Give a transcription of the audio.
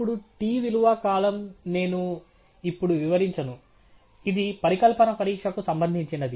ఇప్పుడు t విలువ column నేను ఇప్పుడు వివరించను ఇది పరికల్పన పరీక్షకు సంబంధించినది